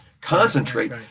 concentrate